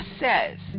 says